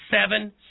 seven